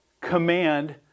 command